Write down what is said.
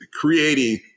creating